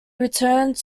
returned